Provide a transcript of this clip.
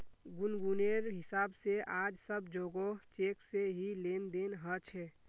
गुनगुनेर हिसाब से आज सब जोगोह चेक से ही लेन देन ह छे